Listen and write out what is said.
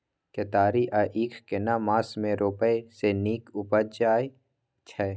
केतारी या ईख केना मास में रोपय से नीक उपजय छै?